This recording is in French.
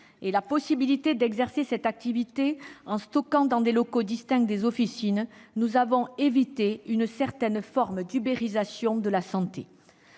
et celle d'exercer cette activité en stockant dans des locaux distincts des officines, nous avons évité une certaine forme d'« ubérisation » de la santé.